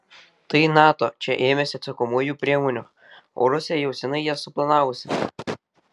tai nato čia ėmėsi atsakomųjų priemonių o rusija jau seniai jas suplanavusi